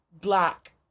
black